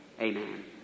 Amen